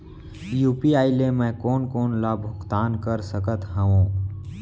UPI ले मैं कोन कोन ला भुगतान कर सकत हओं?